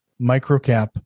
microcap